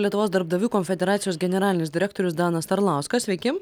lietuvos darbdavių konfederacijos generalinis direktorius danas arlauskas sveiki